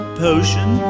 potion